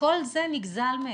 כל זה נגזל מהם.